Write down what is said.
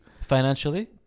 Financially